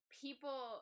people